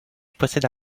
possède